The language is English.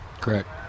Correct